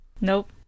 Nope